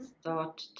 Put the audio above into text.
start